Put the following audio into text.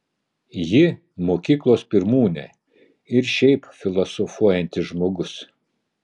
ji mokyklos pirmūnė ir šiaip filosofuojantis žmogus